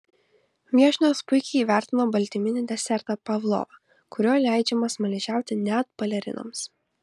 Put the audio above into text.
viešnios puikiai įvertino baltyminį desertą pavlovą kuriuo leidžiama smaližiauti net balerinoms